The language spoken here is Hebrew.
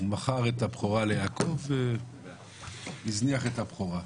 הוא מכר את הבכורה ליעקב והזניח את הבכורה.